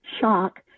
shock